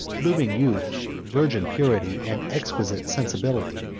blooming youth, virgin purity, and exquisite sensibility,